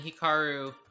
Hikaru